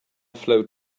flowed